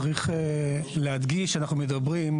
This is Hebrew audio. צריך להדגיש שאנחנו מדברים,